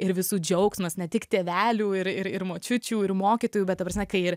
ir visų džiaugsmas ne tik tėvelių ir ir ir močiučių ir mokytojų bet ta prasme kai ir